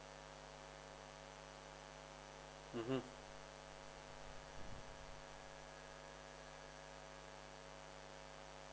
mmhmm